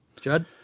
judd